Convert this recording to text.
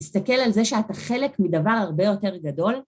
תסתכל על זה שאתה חלק מדבר הרבה יותר גדול.